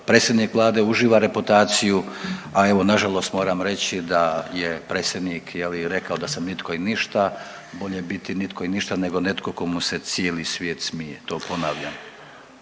predsjednik vlade uživa reputaciju, a evo nažalost moram reći da je predsjednik je li rekao da sam nitko i ništa, on je u biti nitko i ništa nego netko tko mu se cijeli svijet smije, to ponavljam.